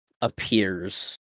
appears